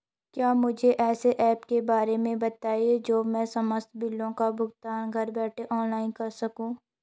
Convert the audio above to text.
क्या मुझे ऐसे ऐप के बारे में बताएँगे जो मैं समस्त बिलों का भुगतान घर बैठे ऑनलाइन कर सकूँ?